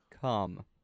come